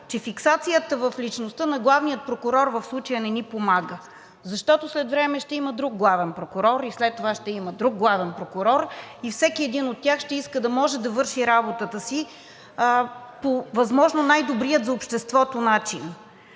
че фиксацията в личността на главния прокурор в случая не ни помага, защото след време ще има друг главен прокурор и след това ще има друг главен прокурор, и всеки един от тях ще иска да може да върши работата си по възможно най-добрия за обществото начин.